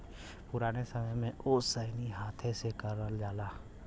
पुराने समय में ओसैनी हाथे से करल जाला